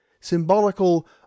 symbolical